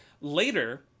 Later